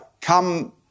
come